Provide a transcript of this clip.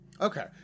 Okay